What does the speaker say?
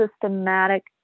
systematic